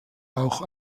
auch